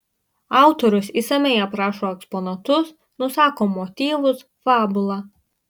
autorius išsamiai aprašo eksponatus nusako motyvus fabulą